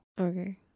Okay